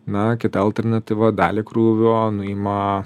na kita alternatyva dalį krūvio nuima